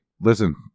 listen